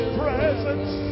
presence